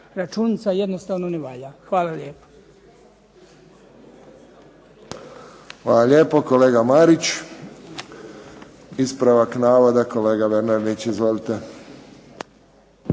Računica jednostavno ne valja. Hvala lijepo. **Friščić, Josip (HSS)** Hvala lijepo, kolega Marić. Ispravak navoda, kolega Bernardić. Izvolite.